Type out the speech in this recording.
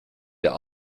der